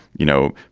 you know,